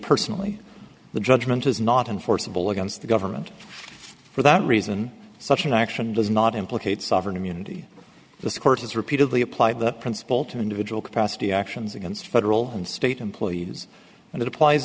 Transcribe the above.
personally the judgment is not enforceable against the government for that reason such an action does not implicate sovereign immunity this court has repeatedly apply that principle to individual capacity actions against federal and state employees and it applies